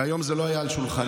להיום זה לא היה על שולחני.